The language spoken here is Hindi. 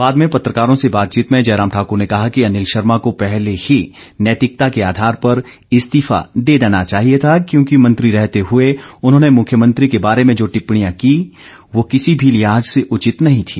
बाद में पत्रकारों से बातचीत में जयराम ठाकुर ने कहा कि अनिल शर्मा को पहले ही नैतिकता के आधार पर इस्तीफा दे देना चाहिए था क्योंकि मंत्री रहते हुए उन्होंने मुख्यमंत्री के बारे में जो टिप्पणियां की वो किसी भी लिहाज से उचित नहीं थी